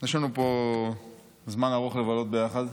יש לנו פה זמן ארוך לבלות ביחד.